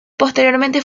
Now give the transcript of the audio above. posteriormente